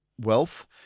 wealth